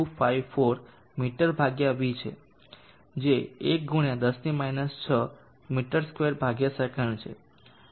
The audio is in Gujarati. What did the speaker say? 0254 મીટર ભાગ્યા ν છે જે 1 × 10 6 મી2 સે છે